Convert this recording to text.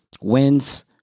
wins